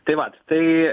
tai vat tai